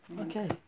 Okay